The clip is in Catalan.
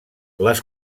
les